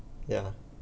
ya